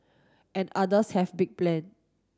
and others have big plan